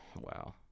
Wow